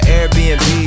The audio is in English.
Airbnb